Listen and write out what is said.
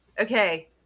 Okay